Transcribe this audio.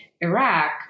Iraq